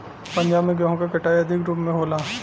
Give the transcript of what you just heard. पंजाब में गेंहू क कटाई अधिक रूप में होला